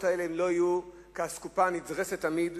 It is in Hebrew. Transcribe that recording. האלה לא יהיו כאסקופה הנדרסת תמיד.